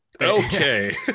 okay